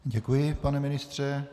Děkuji, pane ministře.